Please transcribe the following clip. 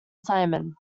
simon